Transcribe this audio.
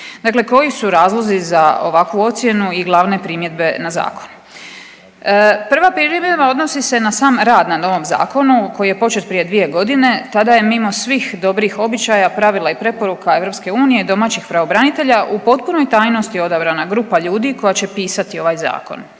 Dakle, koji su razlozi za ovakvu ocjenu i glavne primjedbe na zakon? Prva primjedba odnosi se na sam rad na novom zakonu koji je počet prije 2 godine tada je mimo svih dobrih običaja, pravila i preporuka EU i domaćih pravobranitelja u potpunoj tajnosti odabrana grupa ljudi koja će pisati ovaj zakon.